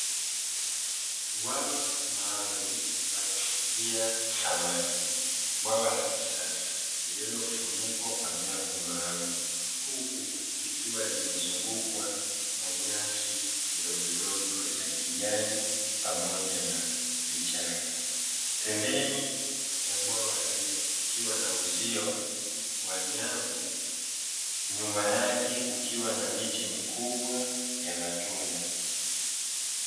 Bwawa maalumu la kufugia samaki, bwawa la kisasa lililofunikwa kwa nyavu maalumu huku likiwa limezungukwa na nyasi ndogondogo za kijani pamoja na vichaka. Pembeni ya bwawa hilo kukiwa na uzio wa nyavu nyuma yake kukiwa na miti mikubwa ya matunda.